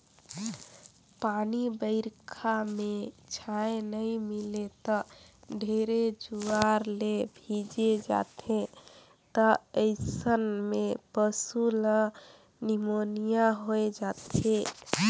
पानी बइरखा में छाँय नइ मिले त ढेरे जुआर ले भीजे जाथें त अइसन में पसु ल निमोनिया होय जाथे